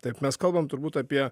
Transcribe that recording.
taip mes kalbam turbūt apie